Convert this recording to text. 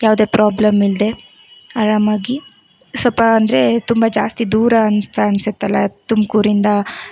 ಯಾವುದೇ ಪ್ರೋಬ್ಲಮ್ ಇಲ್ದೆ ಆರಾಮಾಗಿ ಸ್ವಲ್ಪ ಅಂದ್ರೆ ತುಂಬ ಜಾಸ್ತಿ ದೂರ ಅಂತ ಅನಿಸುತ್ತಲ್ಲಾ ತುಮಕೂರಿಂದ